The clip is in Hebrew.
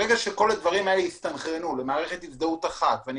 ברגע שכל הדברים האלה יסונכרנו למערכת הזדהות אחת ואני